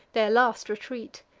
their last retreat.